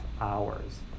hours